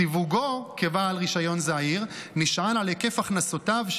סיווגו כבעל רישיון זעיר נשען על היקף הכנסותיו,